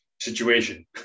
situation